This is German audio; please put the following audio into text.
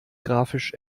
grafisch